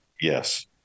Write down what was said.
Yes